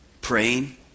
praying